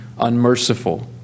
unmerciful